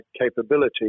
capability